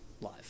live